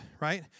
right